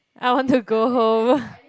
I want to go home